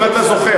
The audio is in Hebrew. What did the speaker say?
אם אתה זוכר,